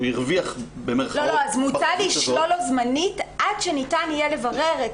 הוא ירוויח במירכאות --- מוצע לשלול לו זמנית עד שניתן יהיה לברר.